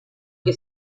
que